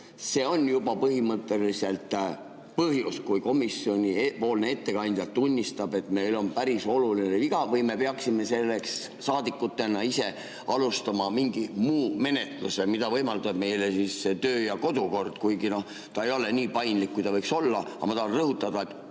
see on juba põhimõtteliselt põhjus [lugemine katkestada], kui komisjoni ettekandja tunnistab, et meil on päris oluline viga, või me peaksime selleks saadikutena ise alustama mingi menetluse, mida võimaldab meile töö- ja kodukord, kuigi ta ei ole nii paindlik, kui ta võiks olla? Ma tahan rõhutada,